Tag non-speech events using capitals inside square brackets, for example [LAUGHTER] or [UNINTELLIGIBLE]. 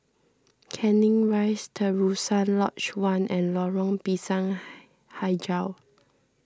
Canning Rise Terusan Lodge one and Lorong Pisang [UNINTELLIGIBLE] HiJau